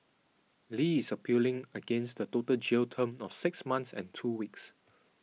Li is appealing against the total jail term of six months and two weeks